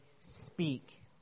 speak